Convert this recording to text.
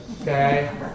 Okay